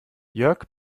jörg